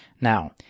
Now